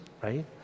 right